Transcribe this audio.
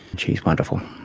she's wonderful.